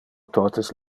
totes